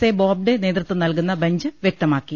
A Bobde നേതൃത്വം നൽകുന്ന bench വ്യക്തമാക്കി